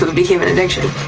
became an addiction.